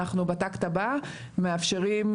אנחנו מאפשרים.